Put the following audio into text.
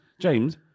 James